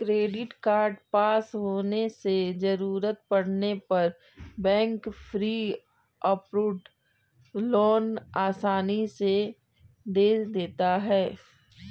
credit card पास होने से जरूरत पड़ने पर बैंक प्री अप्रूव्ड लोन आसानी से दे देता है